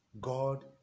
God